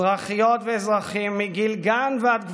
אזרחיות ואזרחים מגיל גן ועד גבורות,